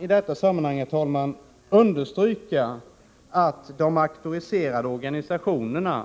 I detta sammanhang vill jag gärna understryka att de auktoriserade organisationerna